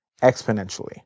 exponentially